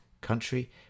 Country